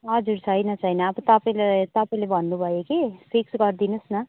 हजुर छैन छैन अब तपाईँलाई तपाईँले भन्नुभयो कि फिक्स गरिदिनुहोस् न